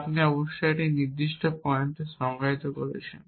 যা আপনি অবশ্যই একটি নির্দিষ্ট পয়েন্ট এ সংজ্ঞায়িত করেছেন